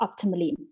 optimally